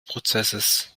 prozesses